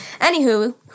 Anywho